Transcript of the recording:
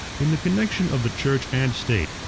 in the connection of the church and state,